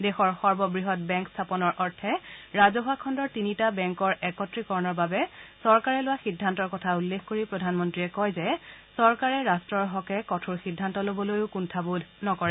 দেশৰ তৃতীয় সৰ্ববৃহৎ বেংক স্থাপনৰ অৰ্থে ৰাজহুৱা খণ্ডৰ তিনিটা বেংকৰ একত্ৰিকৰণৰ বাবে চৰকাৰে লোৱা সিদ্ধান্তৰ কথা উল্লেখ কৰি প্ৰধানমন্ত্ৰীয়ে কয় যে চৰকাৰে ৰাষ্ট্ৰৰ স্বাৰ্থৰ হকে কঠোৰ সিদ্ধান্ত ল'বলৈও কুণ্ঠবোধ নকৰে